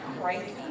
crazy